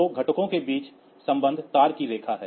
तो घटकों के बीच संबंध तांबे की रेखा है